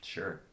Sure